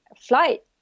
flight